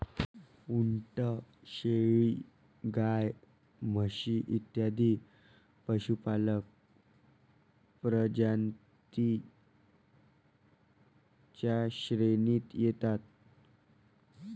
उंट, शेळी, गाय, म्हशी इत्यादी पशुपालक प्रजातीं च्या श्रेणीत येतात